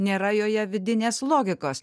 nėra joje vidinės logikos